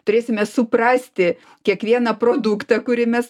turėsime suprasti kiekvieną produktą kurį mes